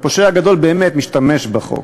ופושע גדול באמת משתמש בחוק.